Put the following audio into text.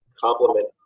complement